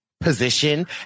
position